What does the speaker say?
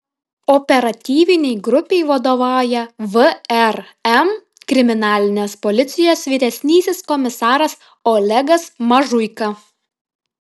operatyvinei grupei vadovauja vrm kriminalinės policijos vyresnysis komisaras olegas mažuika